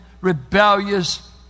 rebellious